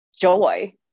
joy